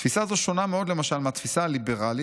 תפיסה זו שונה מאוד למשל מהתפיסה הליברלית,